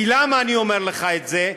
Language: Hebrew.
למה אני אומר לך את זה?